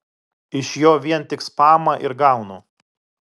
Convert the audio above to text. iš jo vien tik spamą ir gaunu